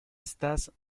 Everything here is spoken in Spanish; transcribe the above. estas